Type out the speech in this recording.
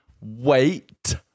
wait